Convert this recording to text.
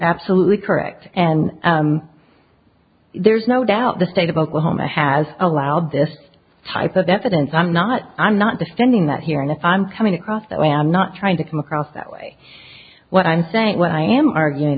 absolutely correct and there's no doubt the state of oklahoma has allowed this type of effort and so i'm not i'm not defending that here and if i'm coming across that way i'm not trying to come across that way what i'm saying what i am arguing